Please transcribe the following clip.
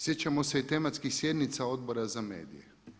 Sjećamo se i tematskih sjednica Odbora za medije.